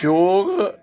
ਯੋਗ